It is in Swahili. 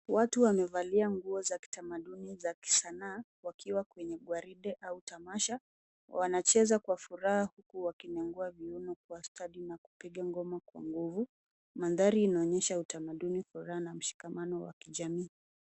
Watu wamevalia nguo za kitamaduni za kisanaa wakiwa kwenye gwaride au tamasha. Wanacheza kwa furaha huku wakinegua viuno kwa ustadi na kupiga ngoma kwa nguvu. Mandhari inaonyesha utamaduni, furaha na mshikamano wa kijamii.